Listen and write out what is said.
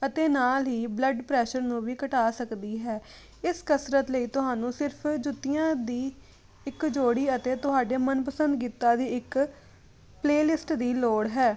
ਅਤੇ ਨਾਲ ਹੀ ਬਲੱਡ ਪ੍ਰੈਸ਼ਰ ਨੂੰ ਵੀ ਘਟਾ ਸਕਦੀ ਹੈ ਇਸ ਕਸਰਤ ਲਈ ਤੁਹਾਨੂੰ ਸਿਰਫ ਜੁੱਤੀਆਂ ਦੀ ਇੱਕ ਜੋੜੀ ਅਤੇ ਤੁਹਾਡੇ ਮਨਪਸੰਦ ਗੀਤਾਂ ਦੀ ਇੱਕ ਪਲੇਲਿਸਟ ਦੀ ਲੋੜ ਹੈ